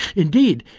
indeed,